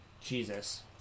Jesus